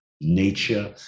nature